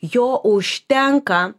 jo užtenka